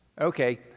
Okay